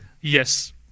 Yes